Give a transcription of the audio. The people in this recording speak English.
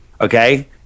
okay